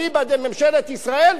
אליבא דממשלת ישראל,